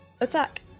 Attack